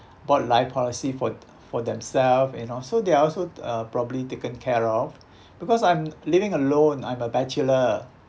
bought life policy for th~ for themselves you know so they are also uh probably taken care of because I'm living alone I'm a bachelor